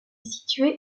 située